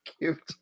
cute